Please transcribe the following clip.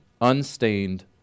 unstained